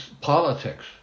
politics